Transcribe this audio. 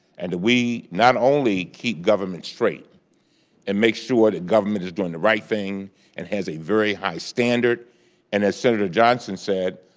and that we not only keep government straight and make sure that government is doing the right thing and has a very high standard and as senator johnson said,